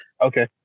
Okay